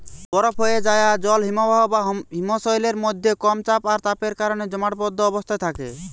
বরফ হোয়ে যায়া জল হিমবাহ বা হিমশৈলের মধ্যে কম চাপ আর তাপের কারণে জমাটবদ্ধ অবস্থায় থাকে